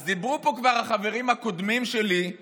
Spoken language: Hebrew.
אז דיברו פה כבר החברים הקודמים שלי על